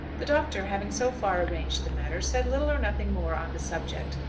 the doctor, having so far arranged the matter, said little or nothing more on the subject,